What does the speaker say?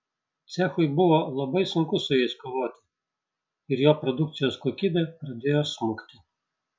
cechui buvo labai sunku su jais kovoti ir jo produkcijos kokybė pradėjo smukti